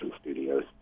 studios